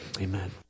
Amen